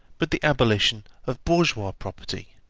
but the abolition of bourgeois property.